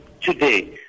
today